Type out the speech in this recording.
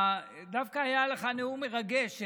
דווקא היה לך נאום מרגש,